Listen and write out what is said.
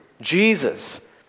Jesus